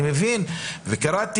אני מבין וקראתי,